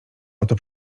oto